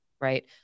right